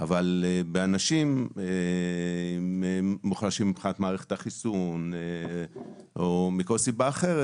אבל באנשים מוחלשים מבחינת מערכת חיסונית או מכל סיבה אחרת